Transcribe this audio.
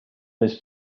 this